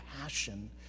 passion